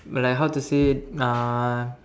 like how to say uh